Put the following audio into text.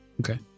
Okay